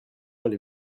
allez